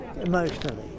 emotionally